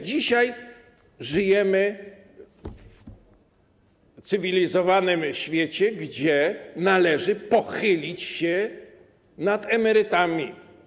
Dzisiaj żyjemy w cywilizowanym świecie, gdzie należy pochylić się nad emerytami.